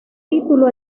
título